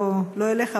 לא אליך,